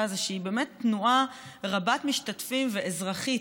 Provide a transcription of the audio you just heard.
זה שהיא באמת תנועה רבת-משתתפים ואזרחית.